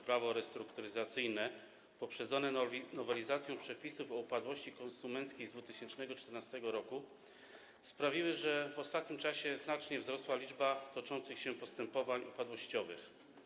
Prawo restrukturyzacyjne, poprzedzone nowelizacją przepisów o upadłości konsumenckiej z 2014 r., sprawiły, że w ostatnim czasie znacznie zwiększyła się liczba toczących się postępowań upadłościowych.